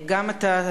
גם אתה,